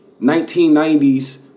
1990s